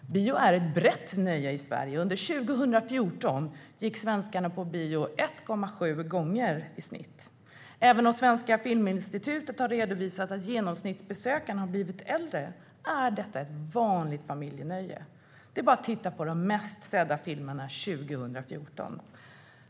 Bio är ett brett nöje i Sverige. Under 2014 gick svenskarna på bio 1,7 gånger i snitt. Även om Svenska Filminstitutet har redovisat att genomsnittsbesökaren blivit äldre är detta ett vanligt familjenöje. Det är bara att titta på de mest sedda filmerna 2014.